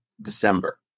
December